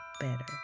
better